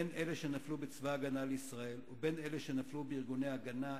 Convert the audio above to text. בין אלה שנפלו בצבא-ההגנה לישראל ובין אלה שנפלו בארגוני "ההגנה",